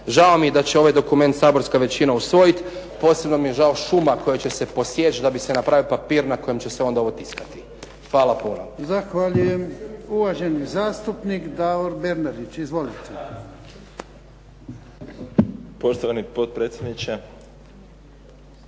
Žao mi je da će ovaj dokument saborska većina usvojiti. Posebno mi je žao šuma koje će se posjeći da bi se napravio papir na kojem će se onda ovo tiskati. Hvala puno. **Jarnjak, Ivan (HDZ)** Zahvaljujem. Uvaženi zastupnik Davor Bernardić. Izvolite. **Bernardić,